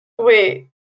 Wait